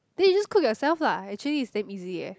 then you just cook yourself lah actually it's damn easy eh